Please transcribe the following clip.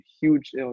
huge